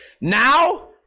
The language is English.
Now